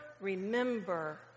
remember